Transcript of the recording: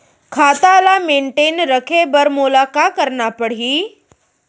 खाता ल मेनटेन रखे बर मोला का करना पड़ही?